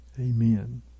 Amen